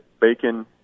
bacon